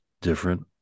different